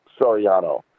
Soriano